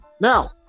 Now